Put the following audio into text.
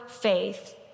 faith